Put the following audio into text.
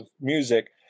music